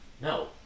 No